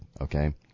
Okay